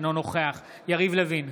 אינו נוכח יריב לוין,